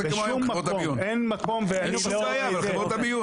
אין מקום ואני לא רואה איך.